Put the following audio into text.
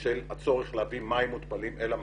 של הצורך להביא מים מותפלים אל המקום.